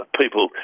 people